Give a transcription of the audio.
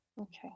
Okay